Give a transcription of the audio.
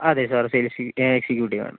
അതെ sir sales executive ആണ്